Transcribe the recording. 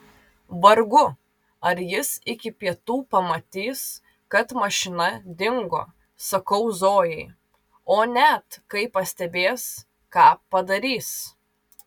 vargu ar jis iki pietų pamatys kad mašina dingo sakau zojai o net kai pastebės ką padarys